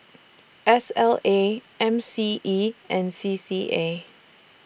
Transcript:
S L A M C E and C C A